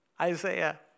Isaiah